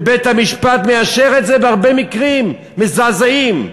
ובית-המשפט מאשר את זה בהרבה מקרים מזעזעים.